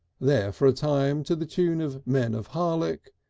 there for a time, to the tune of men of harlech,